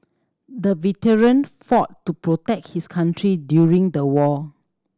the veteran fought to protect his country during the war